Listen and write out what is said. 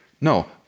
No